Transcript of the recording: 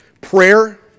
Prayer